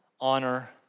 honor